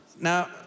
now